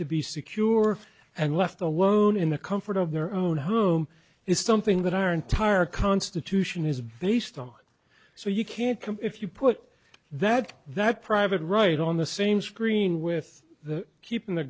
to be secure and left alone in the comfort of their own whom is something that our entire constitution is based on so you can't commit if you put that that private right on the same screen with the keeping the